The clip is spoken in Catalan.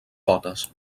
potes